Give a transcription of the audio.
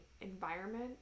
environment